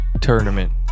tournament